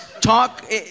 Talk